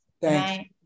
Thanks